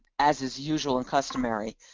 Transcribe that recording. as is usual and customary,